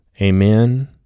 Amen